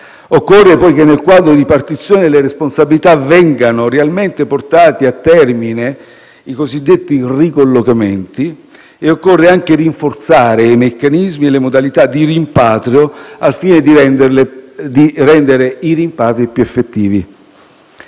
Occorre poi che, nel quadro di ripartizione delle responsabilità, vengano realmente portati a termine i cosiddetti ricollocamenti e rinforzare i meccanismi e le modalità di rimpatrio al fine di rendere i rimpatri più effettivi.